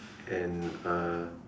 and uh